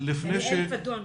דניאל פדון,